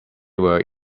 were